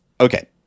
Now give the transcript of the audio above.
okay